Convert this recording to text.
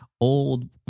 old